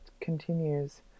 continues